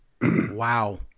Wow